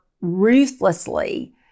ruthlessly